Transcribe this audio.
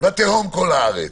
ותהום כל הארץ.